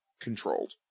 controlled